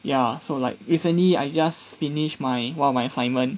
ya so like recently I just finished my one of my assignment